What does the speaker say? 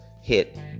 hit